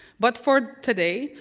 but for today,